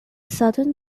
southern